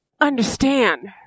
understand